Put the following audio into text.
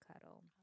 cuddle